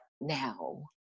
now